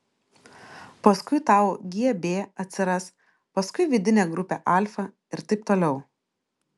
paskui tau gb atsiras paskui vidinė grupė alfa ir taip toliau